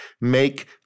make